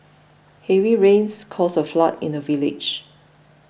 heavy rains caused a flood in the village